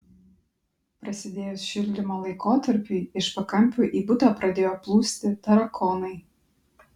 prasidėjus šildymo laikotarpiui iš pakampių į butą pradėjo plūsti tarakonai